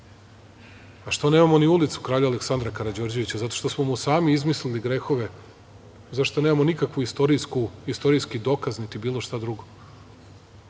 A što nemamo ni ulicu kralja Aleksandra Karađorđevića? Zato što smo mu sami izmislili grehove, za šta nemamo nikakvi istorijski dokaz niti bilo šta drugo,